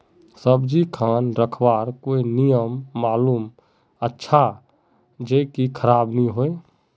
सब्जी खान रखवार कोई नियम मालूम अच्छा ज की खराब नि होय?